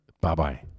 Bye-bye